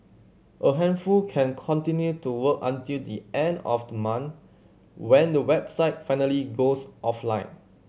a handful can continue to work until the end of the month when the website finally goes offline